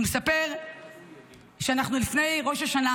הוא מספר שאנחנו לפני ראש השנה,